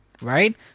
right